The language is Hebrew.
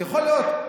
יכול להיות.